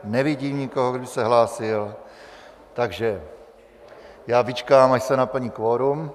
Nevidím nikoho, kdo by se hlásil, takže já vyčkám, až se naplní kvorum.